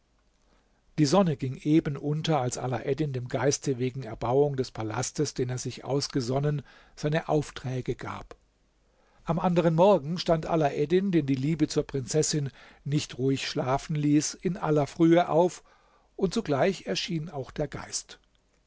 die sonne ging eben unter als alaeddin dem geiste wegen erbauung des palastes den er sich ausgesonnen seine aufträge gab am anderen morgen stand alaeddin den die liebe zur prinzessin nicht ruhig schlafen ließ in aller frühe auf und sogleich erschien'auch der geist